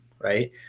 right